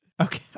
Okay